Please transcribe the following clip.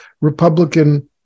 Republican